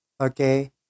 Okay